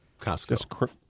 Costco